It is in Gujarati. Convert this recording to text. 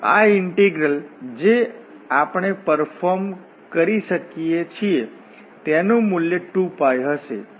તો આ ઇન્ટીગ્રલ જે આપણે પરફોર્મ કરી શકીએ છીએ તેનું મૂલ્ય 2 π હશે